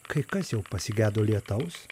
kai kas jau pasigedo lietaus